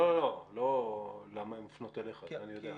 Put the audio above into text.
לא למה הן מופנות אליך, זה אני יודע,